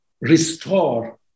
restore